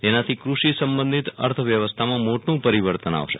તેનાથો કૃષિ સંબધિત અર્થવ્યવસ્થામાં મોટું પરિવર્તન આવશે